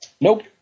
Nope